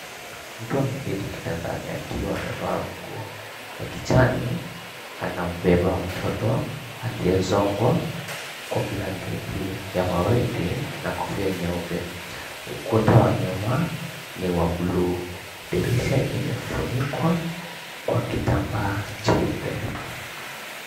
Mtu ameketi kitandani akiwa amevaa nguo ya kijani anambeba mtoto aliyesongwa kwa blanketi ya waridi na kofia nyeupe. Ukuta wa nyuma ni wa buluu. Dirisha imefunikwa kwa kitambaa cheupe.